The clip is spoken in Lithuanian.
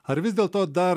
ar vis dėl to dar